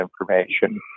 information